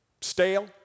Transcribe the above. Stale